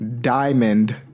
Diamond